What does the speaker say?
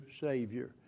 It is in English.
Savior